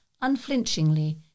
unflinchingly